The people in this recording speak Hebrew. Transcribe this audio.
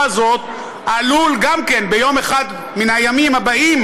הזו עלול גם כן ביום אחד מן הימים הבאים,